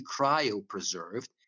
cryopreserved